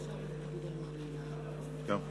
הצעת חוק החברות הממשלתיות (תיקון,